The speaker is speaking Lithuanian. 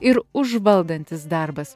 ir užvaldantis darbas